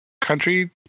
country